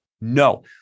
No